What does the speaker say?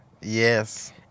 Yes